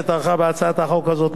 שטרחה בהצעת החוק הזאת,